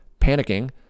Panicking